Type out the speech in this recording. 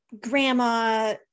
grandma